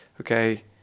okay